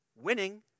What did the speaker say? winning